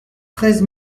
treize